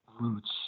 roots